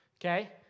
Okay